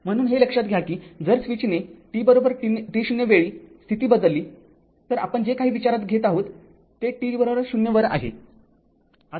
म्हणून हे लक्षात घ्या की जर स्विचने t t0 वेळी स्थिती बदलली तर आपण जे काही विचारात घेत आहोत ते t 0 वर आहे